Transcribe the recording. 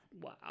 Wow